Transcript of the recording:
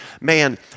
Man